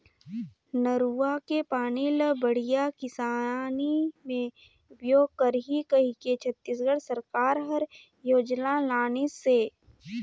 नरूवा के पानी ल बड़िया किसानी मे उपयोग करही कहिके छत्तीसगढ़ सरकार हर योजना लानिसे